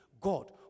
god